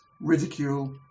ridicule